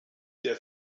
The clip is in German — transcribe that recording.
der